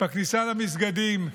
בכניסה למסגדים,